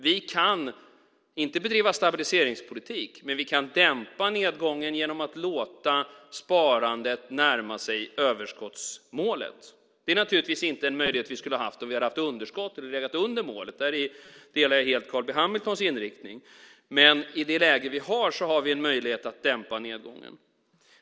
Vi kan inte bedriva stabiliseringspolitik, men vi kan dämpa nedgången genom att låta sparandet närma sig överskottsmålet. Det är naturligtvis inte en möjlighet vi skulle ha haft om vi hade haft underskott eller legat under målet. Däri delar jag helt Carl B Hamiltons inriktning. Men i det läge vi är i har vi en möjlighet att dämpa nedgången.